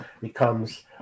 becomes